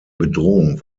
bedrohung